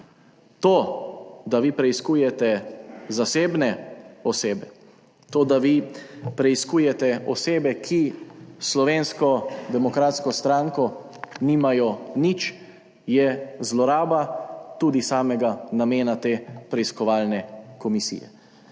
To, da vi preiskujete zasebne osebe, to, da vi preiskujete osebe, ki s Slovensko demokratsko stranko nimajo nič, je zloraba tudi samega namena te preiskovalne komisije.